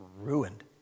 ruined